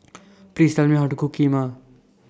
Please Tell Me How to Cook Kheema